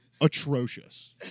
atrocious